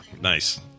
Nice